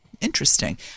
Interesting